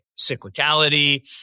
Cyclicality